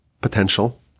potential